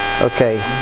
Okay